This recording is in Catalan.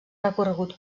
recorregut